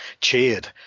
cheered